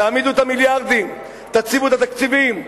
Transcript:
תעמידו את המיליארדים, תקציבו את התקציבים,